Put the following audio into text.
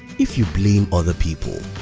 if you blame other people,